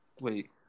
Wait